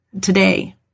today